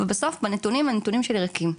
ובסוף, בנתונים, הנתונים שלי ריקים.